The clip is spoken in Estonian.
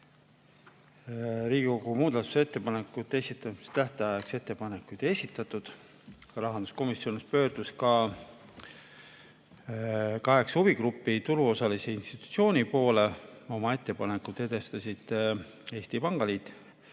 istungil. Muudatusettepanekute esitamise tähtajaks ettepanekuid ei esitatud. Rahanduskomisjon pöördus ka kaheksa huvigrupi, turuosalise ja institutsiooni poole. Oma ettepanekud edastasid Eesti Pangaliit,